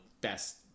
best